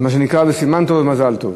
מה שנקרא: סימן טוב ובמזל טוב.